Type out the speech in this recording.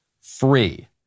free